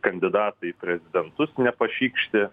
kandidatai į prezidentus nepašykšti